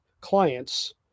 clients